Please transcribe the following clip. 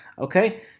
okay